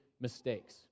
mistakes